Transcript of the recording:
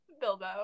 Bilbo